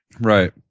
Right